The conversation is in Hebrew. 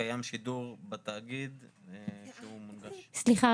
שקיים שידור בתאגיד שהוא --- סליחה,